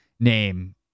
name